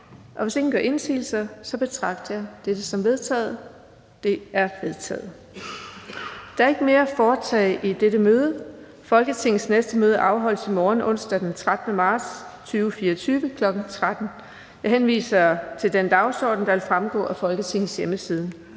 --- Kl. 17:45 Meddelelser fra formanden Den fg. formand (Birgitte Vind): Der er ikke mere at foretage i dette møde. Folketingets næste møde afholdes i morgen, onsdag den 13. marts 2024, kl. 13.00. Jeg henviser til den dagsorden, der vil fremgå af Folketingets hjemmeside.